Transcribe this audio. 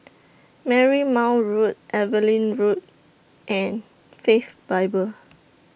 Marymount Road Evelyn Road and Faith Bible